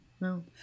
No